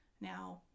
now